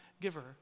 giver